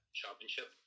Championship